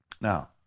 Now